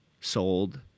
sold